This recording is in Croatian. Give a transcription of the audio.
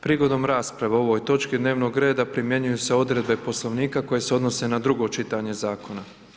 Prigodom rasprave o ovoj točki dnevnog reda primjenjuju se odredbe Poslovnika koji se odnose na drugo čitanje zakona.